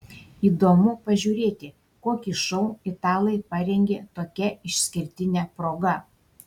įdomu pažiūrėti kokį šou italai parengė tokia išskirtine proga